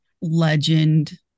Legend